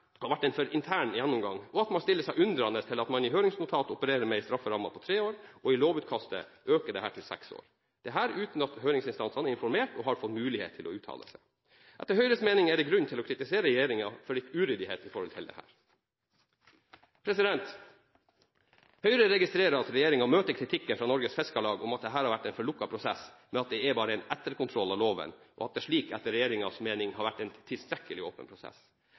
har vært en for intern gjennomgang, og at man stiller seg undrende til at man i høringsnotatet opererer med en strafferamme på tre år. I lovutkastet øker dette til seks år – dette uten at høringsinstansene er informert og har fått mulighet til å uttale seg. Etter Høyres mening er det grunn til å kritisere regjeringen for litt uryddighet her. Høyre registrerer at regjeringen møter kritikken fra Norges Fiskarlag om at dette har vært en for lukket prosess, med at dette bare er en etterkontroll av loven, og at det etter regjeringens mening har vært en tilstrekkelig åpen prosess.